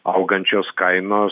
augančios kainos